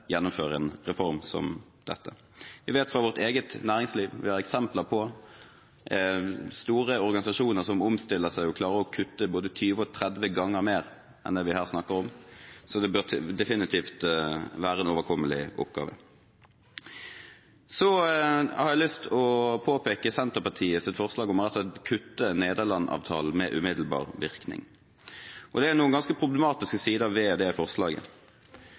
gjennomføre en reform som dette. Vi vet det fra vårt eget næringsliv og har eksempler på store organisasjoner som omstiller seg og klarer å kutte både 20 og 30 ganger mer enn det vi her snakker om, så det bør definitivt være en overkommelig oppgave. Så har jeg lyst til å påpeke Senterpartiets forslag om å kutte Nederland-avtalen med umiddelbar virkning. Det er noen ganske problematiske sider ved det forslaget.